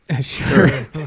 Sure